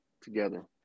together